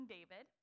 David